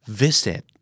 visit